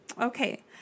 Okay